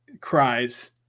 cries